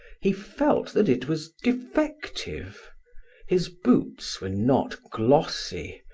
he felt that it was defective his boots were not glossy,